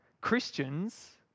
Christians